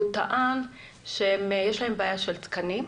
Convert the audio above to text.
קיש והוא טען שיש להם בעיה של תקנים.